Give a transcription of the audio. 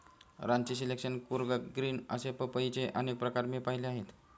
Ranchi selection, Coorg green असे पपईचे अनेक प्रकार मी पाहिले आहेत